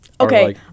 okay